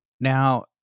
Now